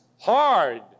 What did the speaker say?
hard